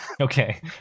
Okay